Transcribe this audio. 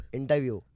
interview